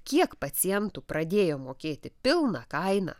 kiek pacientų pradėjo mokėti pilną kainą